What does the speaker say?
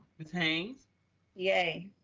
ms haynes yay.